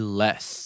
less